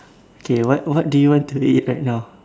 okay what what do you want to eat right now